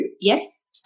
yes